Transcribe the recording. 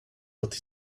but